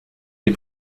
des